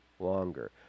longer